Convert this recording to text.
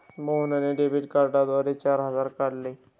मोहनने डेबिट कार्डद्वारे चार हजार काढले